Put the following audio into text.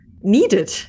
needed